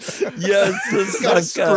Yes